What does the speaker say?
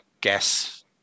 guess